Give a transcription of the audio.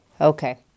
Okay